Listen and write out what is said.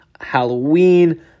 Halloween